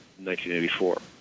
1984